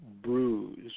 bruise